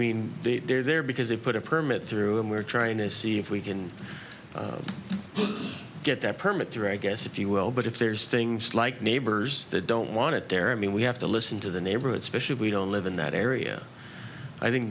mean they're there because they put a permit through and we're trying to see if we can get that permit the right guess if you will but if there's things like neighbors that don't want it there i mean we have to listen to the neighborhood specially we don't live in that area i think